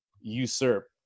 usurp